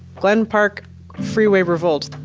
glen park freeway revolts,